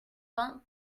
vingt